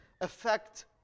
affect